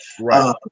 Right